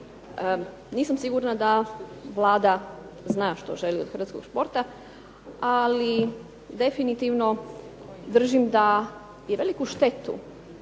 Nisam sigurna da Vlada zna što želi od hrvatskog športa, ali definitivno držim da je veliku štetu